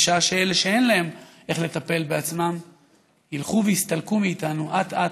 בשעה שאלה שאין להם איך לטפל בעצם ילכו ויסתלקו מאיתנו אט-אט,